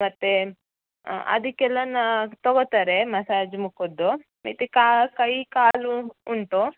ಮತ್ತೆ ಅದಕ್ಕೆಲ್ಲನೂ ತಗೊಳ್ತಾರೆ ಮಸಾಜ್ ಮುಖದ್ದು ಮಿತಿ ಕಾಲು ಕೈ ಕಾಲು ಉಂಟು